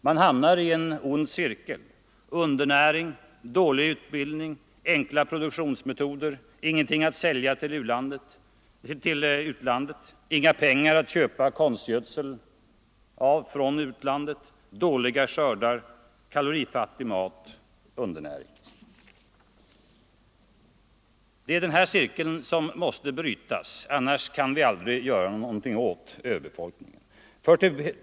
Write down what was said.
Man hamnar i en ond cirkel: undernäring, dålig utbildning, enkla produktionsmetoder, ingenting att sälja till utlandet, inga pengar att köpa konstgödsel för från utlandet, dåliga skördar, kalorifattig mat, undernäring. Det är den cirkeln som måste brytas, annars kan vi aldrig göra någonting åt överbefolkningen.